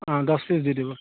অঁ দছ পিচ দি দিব